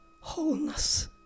wholeness